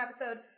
episode